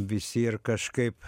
visi ir kažkaip